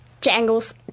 jangles